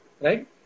right